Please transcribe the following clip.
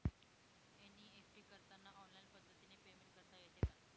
NEFT करताना online पद्धतीने payment करता येते का?